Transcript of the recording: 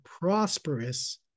prosperous